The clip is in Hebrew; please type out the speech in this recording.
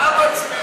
למה הצביעות הזאת?